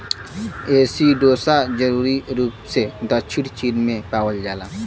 एसिडोसा जरूरी रूप से दक्षिणी चीन में पावल जाला